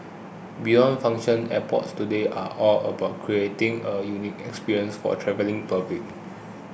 beyond function airports today are all about creating a unique experience for travelling public